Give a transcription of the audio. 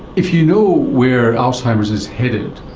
if you know where alzheimer's is headed,